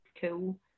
cool